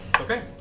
Okay